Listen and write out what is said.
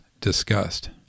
discussed